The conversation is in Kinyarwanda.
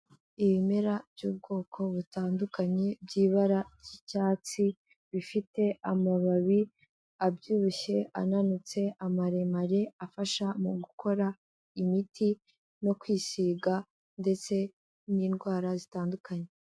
Ibimera by'ubwoko butandukanye by'ibara ry'icyatsi bifite amababi abyibushye, ananutse, amaremare afasha mu gukora imiti no kwisiga ndetse n'indwara zitandukanye.